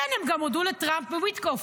כן, הם הודו גם לטראמפ ולוויטקוף.